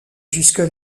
jusque